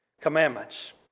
Commandments